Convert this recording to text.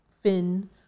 fin